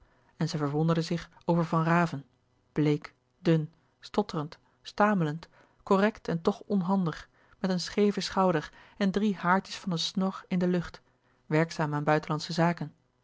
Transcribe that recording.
en zij verwonderde zich over van raven bleek dun stotterend stamelend correct en toch onhandig met een scheeven schouder en drie haartjes van een snor in de lucht werkzaam aan buitenlandsche zaken